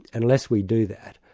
unless we do that,